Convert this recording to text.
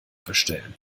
verstellen